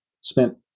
spent